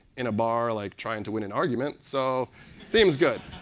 in a bar like trying to win an argument. so seems good.